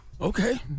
Okay